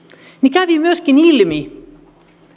kävi myöskin ilmi